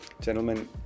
Gentlemen